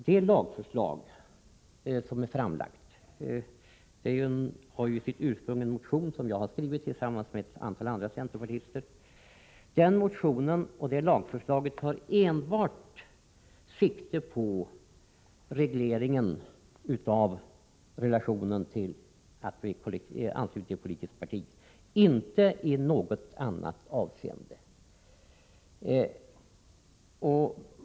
Det lagförslag som är framlagt har ju sitt ursprung i en motion som jag har skrivit tillsammans med ett antal andra centerpartister. Den motionen och det lagförslaget tar enbart sikte på reglering av relationen till detta att bli ansluten till ett politiskt parti — inte till något annat.